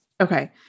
Okay